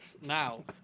Now